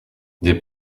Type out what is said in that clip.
des